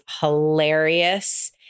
hilarious